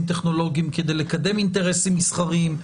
טכנולוגיים כדי לקדם אינטרסים מסחריים,